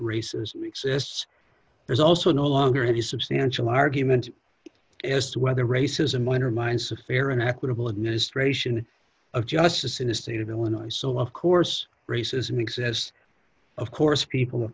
racism exists there's also no longer any substantial argument as to whether racism undermines a fair and equitable administration of justice in the state of illinois so of course racism exists of course people of